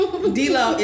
D-Lo